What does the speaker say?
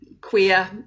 queer